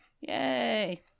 Yay